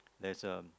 there's a